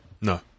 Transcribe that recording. No